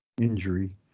injury